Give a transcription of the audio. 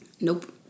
Nope